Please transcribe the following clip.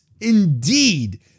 indeed